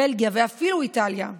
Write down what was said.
בלגיה ואפילו איטליה.